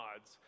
odds